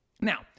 Now